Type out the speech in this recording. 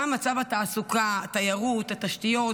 גם מצב התעסוקה, התיירות והתשתיות